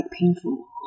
painful